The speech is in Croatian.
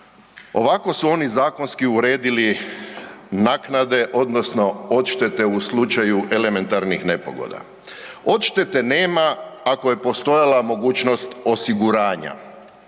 Ovako su oni zakonski uredili naknade odnosno odštete u slučaju elementarnih nepogoda. Odštete nema ako je postojala mogućnost osiguranja,